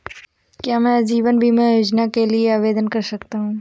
क्या मैं जीवन बीमा योजना के लिए आवेदन कर सकता हूँ?